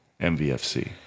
MVFC